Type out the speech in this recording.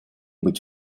быть